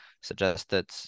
suggested